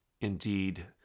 Indeed